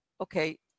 okay